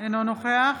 אינו נוכח